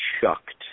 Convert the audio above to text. shucked